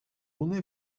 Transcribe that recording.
only